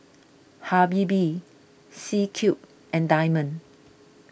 Habibie C Cube and Diamond